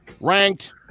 ranked